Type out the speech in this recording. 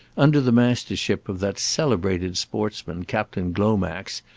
under the mastership of that celebrated sportsman captain glomax,